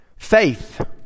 Faith